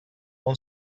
اون